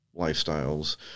lifestyles